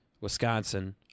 wisconsin